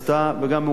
וגם הועברה אלי,